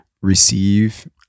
receive